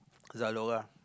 Zalora